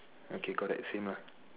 okay correct same lah